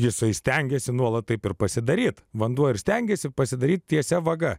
jisai stengiasi nuolat taip ir pasidaryti vanduo ir stengiesi pasidaryti tiesia vaga